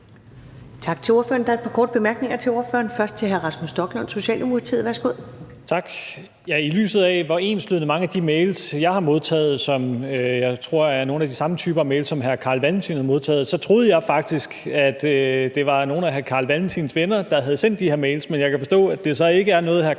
Tak til ordføreren. Der er et par korte bemærkninger til ordføreren. Først er det hr. Rasmus Stoklund, Socialdemokratiet. Værsgo. Kl. 18:04 Rasmus Stoklund (S): Tak. I lyset af hvor enslydende mange af de mails, som jeg har modtaget, er, og at jeg tror, det er nogle af de samme typer mails, som hr. Carl Valentin har modtaget, så troede jeg faktisk, at det var nogle af hr. Carl Valentins venner, der havde sendt de her mails. Men jeg kan forstå, at det så ikke er noget, hr. Carl Valentin